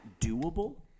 doable